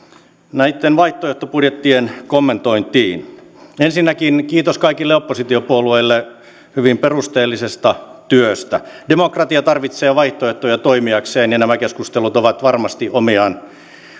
näitten vaihtoehtobudjettien kommentointiin ensinnäkin kiitos kaikille oppositiopuolueille hyvin perusteellisesta työstä demokratia tarvitsee vaihtoehtoja toimiakseen ja nämä keskustelut ovat varmasti omiaan